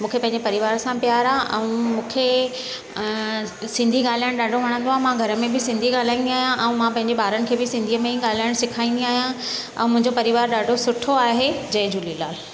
मूंखे पंहिंजे परिवार सां प्यार आहे ऐं मूंखे अ सिंधी ॻाल्हाइणु ॾाढो वणंदो आहे मां घर में बि सिंधी ॻाल्हाईंदी आहियां ऐं मां पंहिंजे ॿारनि खे बि सिंधीअ में ई ॻाल्हाइणु सेखारींदी आहियां ऐं मुंहिंजो परिवार ॾाढो सुठो आहे जय झूलेलाल